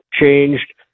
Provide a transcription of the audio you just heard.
changed